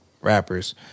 rappers